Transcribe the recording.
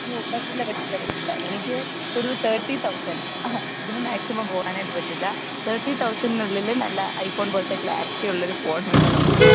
ഓ പറ്റില്ല പറ്റില്ല പറ്റില്ല എനിക്ക് ഒരു തെർട്ടീ തൌസൻഡ് അതിന് മാക്സിമം പോകനായിട്ട് പറ്റില്ല തെർട്ടി തൌസൻഡിനുള്ളിൽ നല്ല ഐ ഫോൺ പോലത്തെ ക്ലാരിറ്റി ഉള്ള ഒരു ഫോൺ വേണം നമുക്ക്